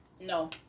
No